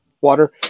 water